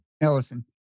Ellison